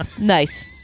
Nice